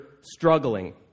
struggling